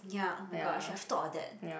ya oh my god I should have thought of that